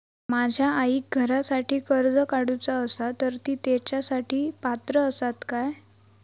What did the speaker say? माझ्या आईक घरासाठी कर्ज काढूचा असा तर ती तेच्यासाठी पात्र असात काय?